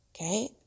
okay